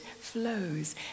flows